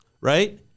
right